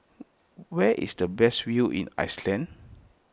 where is the best view in Iceland